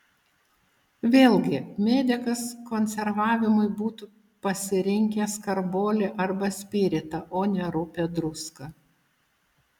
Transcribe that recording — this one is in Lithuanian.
vėlgi medikas konservavimui būtų pasirinkęs karbolį arba spiritą o ne rupią druską